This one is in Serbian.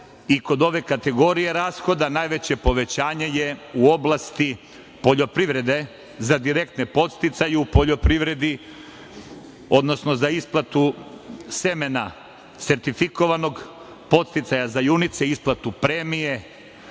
i kod ove kategorije rashoda najveće povećanje je u oblasti poljoprivrede za direktne podsticaje u poljoprivredi, odnosno za isplatu semena sertifikovanog, podsticaja za junice i isplatu premije